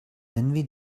envy